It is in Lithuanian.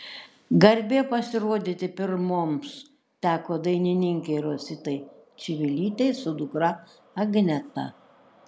garbė pasirodyti pirmoms teko dainininkei rositai čivilytei su dukra agneta